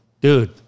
Dude